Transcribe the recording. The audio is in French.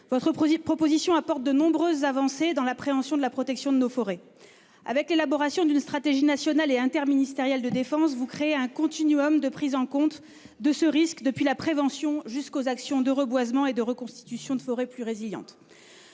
Votre texte apporte de nombreuses avancées dans l'appréhension de la protection de nos forêts. Avec l'élaboration d'une stratégie nationale et interministérielle de défense, vous créez un continuum de prise en compte de ce risque, depuis la prévention jusqu'aux actions de reboisement et de reconstitution de forêts plus résilientes.